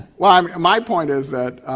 well um my point is that,